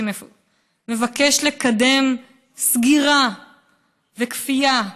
שמבקש לקדם סגירה וכפייה,